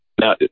Now